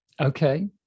Okay